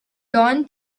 don